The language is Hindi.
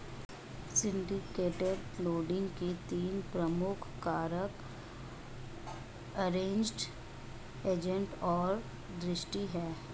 सिंडिकेटेड लेंडिंग के तीन प्रमुख कारक अरेंज्ड, एजेंट और ट्रस्टी हैं